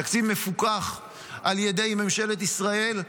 תקציב מפוקח על ידי ממשלת ישראל,